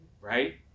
right